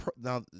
now